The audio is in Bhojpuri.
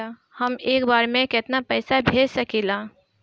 हम एक बार में केतना पैसा भेज सकिला?